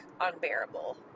unbearable